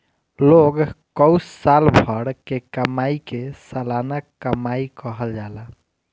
लोग कअ साल भर के कमाई के सलाना कमाई कहल जाला